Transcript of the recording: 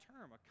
term